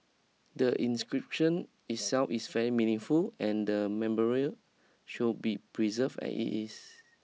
the inscription itself is very meaningful and the memorial should be preserved as it is